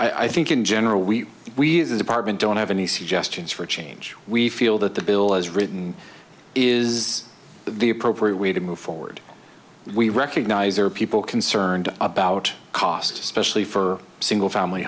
change i think in general we we as a department don't have any suggestions for change we feel that the bill as written is the appropriate way to move forward we recognize there are people concerned about cost especially for single family